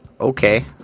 okay